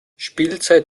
spielzeit